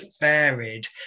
varied